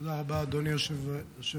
תודה רבה, אדוני היושב-ראש.